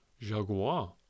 Jaguar